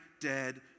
dead